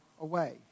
away